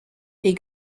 est